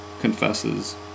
confesses